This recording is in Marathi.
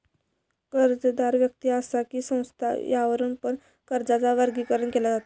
कर्जदार व्यक्ति असा कि संस्था यावरुन पण कर्जाचा वर्गीकरण केला जाता